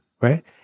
right